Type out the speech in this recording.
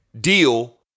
deal